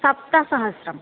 सप्तसहस्रम्